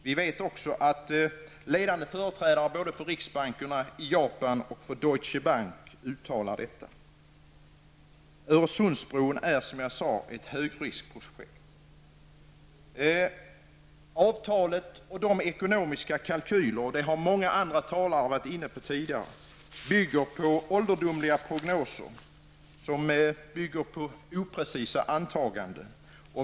Vi vet att ledande företrädare både för Riksbanken i Japan och för Deutsche Bank uttalar detta. Öresundsbron är, som jag sade, ett högriskprojekt. Avtalet och de ekonomiska kalkylerna -- många talare har varit inne på det tidigare -- bygger på ålderdomliga prognoser, som i sin tur bygger på oprecisa antaganden.